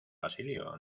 basilio